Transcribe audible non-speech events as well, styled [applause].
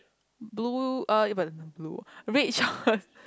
blue uh but blue red shorts [laughs]